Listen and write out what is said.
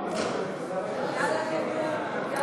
תסכם את הדיון.